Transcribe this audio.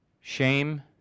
Shame